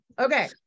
okay